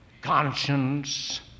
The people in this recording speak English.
conscience